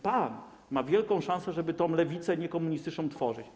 Pan ma wielką szansę, żeby tę lewicę niekomunistyczną tworzyć.